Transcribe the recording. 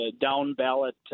down-ballot